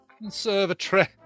Conservatory